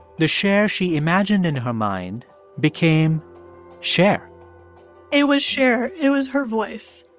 the cher she imagined in her mind became cher it was cher. it was her voice.